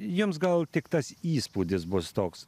jums gal tik tas įspūdis bus toks